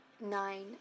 nine